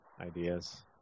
ideas